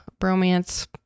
bromance